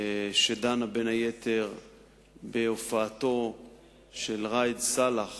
שדנה בין היתר בהופעתו של ראאד סלאח